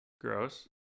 Gross